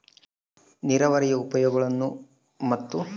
ನೇರಾವರಿಯ ಉಪಯೋಗಗಳನ್ನು ಮತ್ತು?